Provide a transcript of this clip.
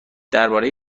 درباره